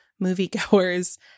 moviegoers